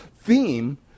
theme